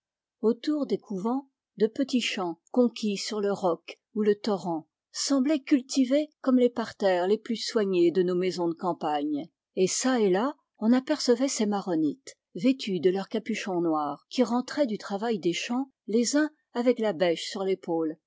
autour des couvens de petits champs conquis sur le roc ou le torrent semblaient cultivés comme les parterres les plus soignés de nos maisons de campagne et çà et là on apercevait ces maronites vêtus de leur capuchon noir qui rentraient du travail des champs les uns avec la bêche sur